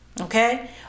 okay